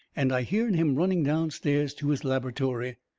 and i hearn him running down stairs to his labertory.